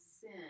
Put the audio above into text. sin